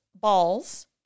balls